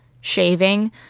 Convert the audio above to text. shaving